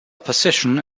opposition